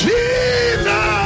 Jesus